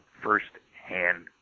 first-hand